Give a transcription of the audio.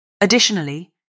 Additionally